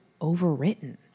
overwritten